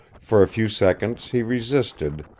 for a few seconds he resisted,